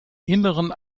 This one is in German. inneren